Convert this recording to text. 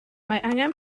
angen